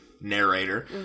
narrator